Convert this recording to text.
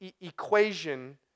equation